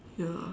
ya